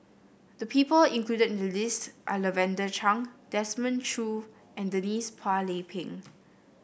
the people included in the list are Lavender Chang Desmond Choo and Denise Phua Lay Peng